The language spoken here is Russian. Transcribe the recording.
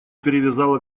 перевязала